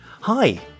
Hi